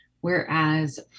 Whereas